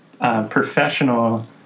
professional